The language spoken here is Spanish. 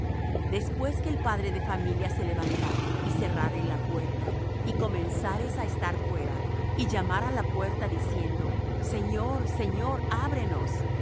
después que el padre de familia se levantare y cerrare la puerta y comenzareis á estar fuera y llamar á la puerta diciendo señor señor ábrenos